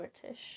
british